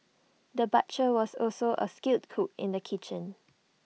the butcher was also A skilled cook in the kitchen